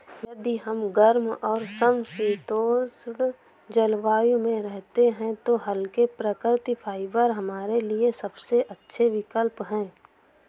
यदि हम गर्म और समशीतोष्ण जलवायु में रहते हैं तो हल्के, प्राकृतिक फाइबर हमारे लिए सबसे अच्छे विकल्प हैं